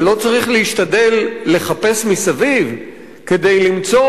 ולא צריך להשתדל לחפש מסביב כדי למצוא,